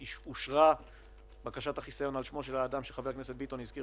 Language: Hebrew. אושרה בקשת חיסיון שמו של האדם שחבר הכנסת ביטון הזכיר